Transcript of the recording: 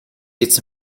it’s